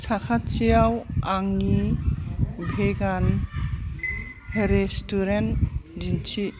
साखाथियाव आंनि भेगान रेस्टुरेन्ट दिन्थि